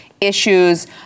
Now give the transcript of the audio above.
Issues